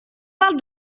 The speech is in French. parle